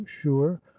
sure